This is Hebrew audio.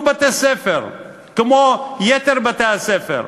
תארו לכם שלא ניקו בתי-ספר כמו ביתר בתי-הספר,